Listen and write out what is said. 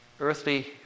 Earthly